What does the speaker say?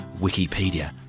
Wikipedia